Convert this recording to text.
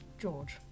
George